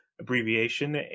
abbreviation